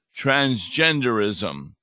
transgenderism